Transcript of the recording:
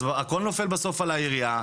אז הכל נופל בסוף על העירייה,